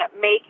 make